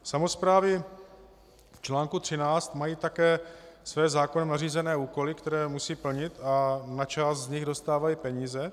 Samosprávy v čl. 13 mají také své zákonem nařízené úkoly, které musí plnit, a na část z nich dostávají peníze.